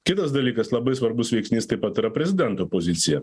kitas dalykas labai svarbus veiksnys taip pat yra prezidento pozicija